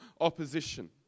opposition